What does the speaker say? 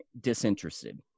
disinterested